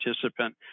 participant